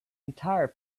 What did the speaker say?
entire